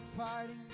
Fighting